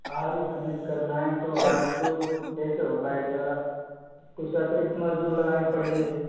आज ही फिनिश करना है तो आज तो कैसे हो पाएगा कुछ अतिरिक्त मजदूर लगाने पड़ेंगे